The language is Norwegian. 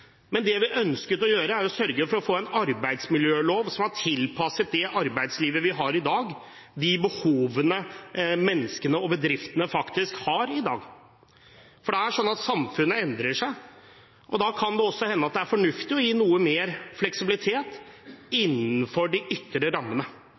Men det vi ønsket å gjøre, var å sørge for å få en arbeidsmiljølov som var tilpasset det arbeidslivet vi har i dag, de behovene menneskene og bedriftene faktisk har i dag. For det er slik at samfunnet endrer seg, og da kan det også hende at det er fornuftig å gi noe mer fleksibilitet